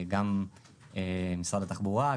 גם משרד התחבורה,